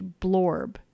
blorb